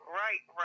right